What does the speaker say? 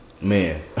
Man